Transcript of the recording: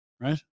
right